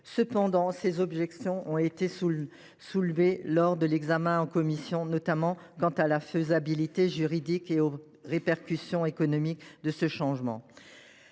Cependant, des objections ont été soulevées lors de l’examen en commission, notamment quant à la faisabilité juridique et aux répercussions économiques de ce changement.